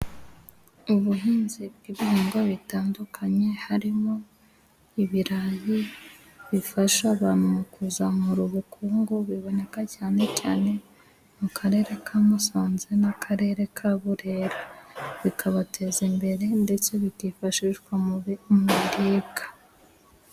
Ubuhinzi bw'ibihingwa bitandukanye harimo ibirayi, bifasha abantu mu kuzamura ubukungu biboneka cyane cyane mu karere ka Musanze n'akarere ka Burera bikabateza imbere, ndetse bikifashishwa mu biribwa.